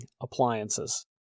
appliances